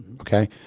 okay